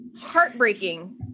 heartbreaking